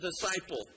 disciple